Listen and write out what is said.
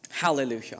Hallelujah